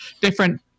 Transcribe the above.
different